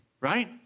right